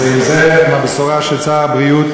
אז אם זו הבשורה של שר הבריאות,